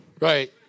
Right